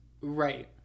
Right